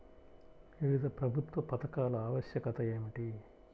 వివిధ ప్రభుత్వ పథకాల ఆవశ్యకత ఏమిటీ?